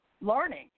learning